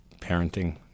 parenting